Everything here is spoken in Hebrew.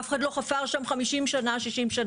אף אחד לא חפר שם מעל 50 שנה או 60 שנה.